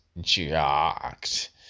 jacked